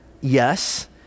Yes